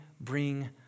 bring